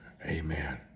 Amen